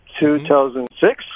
2006